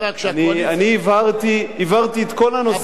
אני הבהרתי את כל הנושאים.